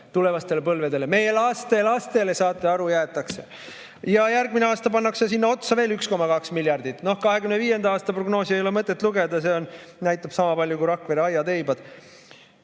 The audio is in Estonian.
tulevastele põlvedele, meie lastelastele, saate aru. Ja järgmine aasta pannakse sinna otsa veel 1,2 miljardit. 2025. aasta prognoosi ei ole mõtet lugeda, see näitab sama palju kui Rakvere aiateibad.